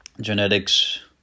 genetics